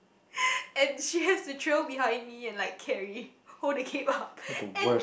and she has to trail behind me and like carry hold the cape up and